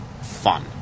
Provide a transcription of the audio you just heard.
fun